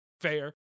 fair